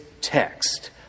text